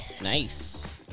Nice